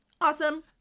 awesome